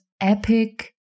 epic